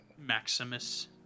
Maximus